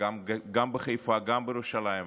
גם בחיפה, גם בירושלים.